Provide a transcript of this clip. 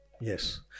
Yes